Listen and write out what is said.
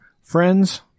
friends